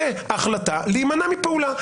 זאת החלטה להימנע מפעולה.